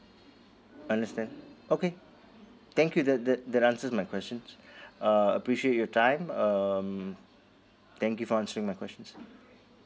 understand okay thank you that that that answers my question uh appreciate your time um thank you for answering my questions